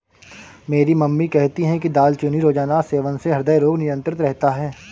मेरी मम्मी कहती है कि दालचीनी रोजाना सेवन से हृदय रोग नियंत्रित रहता है